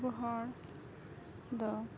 ᱟᱵᱚ ᱦᱚᱲᱫᱚ